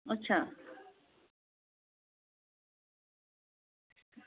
अच्छा